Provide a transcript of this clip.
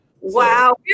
Wow